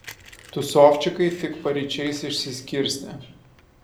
tūsovčikai tik paryčiais išsiskirstė